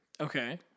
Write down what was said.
okay